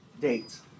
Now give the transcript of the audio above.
dates